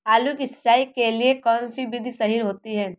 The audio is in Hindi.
आलू की सिंचाई के लिए कौन सी विधि सही होती है?